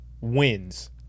wins